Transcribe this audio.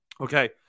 Okay